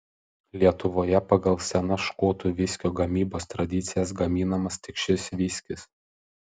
lietuvoje pagal senas škotų viskio gamybos tradicijas gaminamas tik šis viskis